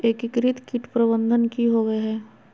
एकीकृत कीट प्रबंधन की होवय हैय?